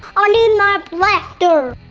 i mean my blaster!